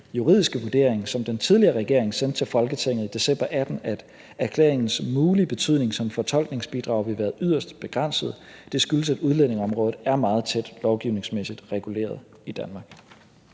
juridiske vurdering, som den tidligere regering sendte til Folketinget i december 2018, at erklæringens mulige betydning som fortolkningsbidrag vil være yderst begrænset. Det skyldes, at udlændingeområdet er meget tæt lovgivningsmæssigt reguleret i Danmark.